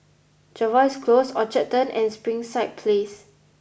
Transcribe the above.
Jervois Close Orchard Turn and Springside Place